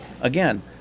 again